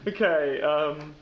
okay